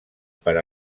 per